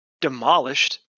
demolished